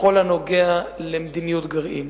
בכל הנוגע למדיניות גרעין.